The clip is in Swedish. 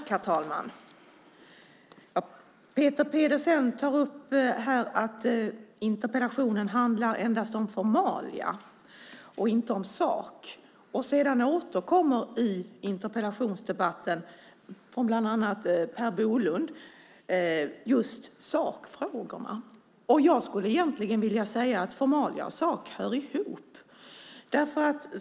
Herr talman! Peter Pedersen tar upp här att interpellationen handlar endast om formalia och inte om sak. Sedan återkommer i interpellationsdebatten, bland annat från Per Bolund, just sakfrågorna. Jag skulle vilja säga att formalia och sak hör ihop.